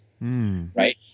right